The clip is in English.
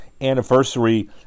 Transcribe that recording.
anniversary